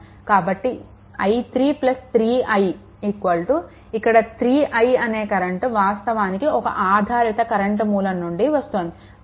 కాబట్టి i3 3I ఇక్కడ 3I అనే కరెంట్ వాస్తవానికి ఒక ఆధారిత కరెంట్ మూలం నుండి వస్తోంది